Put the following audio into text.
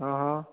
હં હં